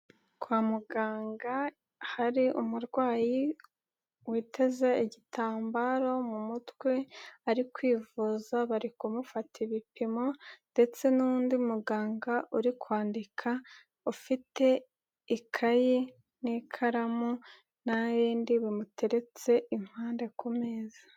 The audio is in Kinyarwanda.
Kwa muganga hari umurwayi witeze igitambaro mu mutwe, ari kwivuza bari kumufata ibipimo, ndetse n'undi muganga uri kwandika ufite ikayi n'ikaramu n'ibindi bimuteretse impande ku meza.